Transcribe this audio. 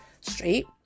straight